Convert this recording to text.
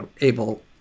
able